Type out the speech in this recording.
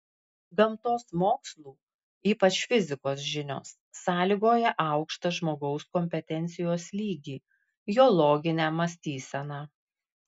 gamtos mokslų ypač fizikos žinios sąlygoja aukštą žmogaus kompetencijos lygį jo loginę mąstyseną